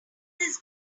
this